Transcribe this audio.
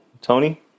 Tony